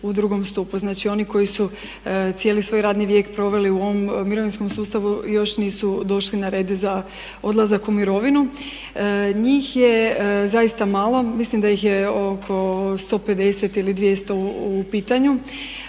u drugom stupu. Znači oni koji su cijeli svoj radni vijek proveli u ovom mirovinskom sustavu još nisu došli na red za odlazak u mirovinu. Njih je zaista malo, mislim da ih je oko 150 ili 200 u pitanju.